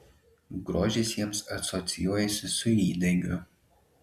grožis jiems asocijuojasi su įdegiu